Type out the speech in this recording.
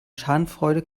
schadenfreude